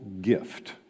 gift